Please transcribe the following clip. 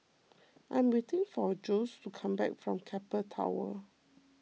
I'm waiting for Jose to come back from Keppel Towers